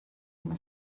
uma